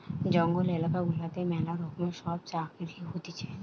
জঙ্গল এলাকা গুলাতে ম্যালা রকমের সব চাকরি হতিছে